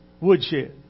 woodshed